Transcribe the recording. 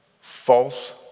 false